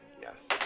Yes